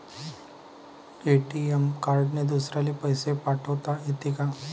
ATM कार्डने दुसऱ्याले पैसे पाठोता येते का?